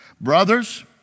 Brothers